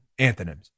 anthonyms